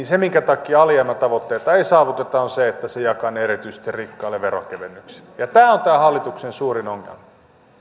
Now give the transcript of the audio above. se minkä takia alijäämätavoitteita ei saavuteta on se että ne mitkä hallitus leikkaa se jakaa erityisesti rikkaille veronkevennyksinä tämä on hallituksen suurin ongelma